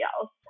else